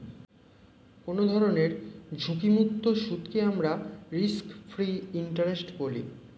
কোনো ধরনের ঝুঁকিমুক্ত সুদকে আমরা রিস্ক ফ্রি ইন্টারেস্ট বলি